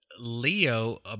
Leo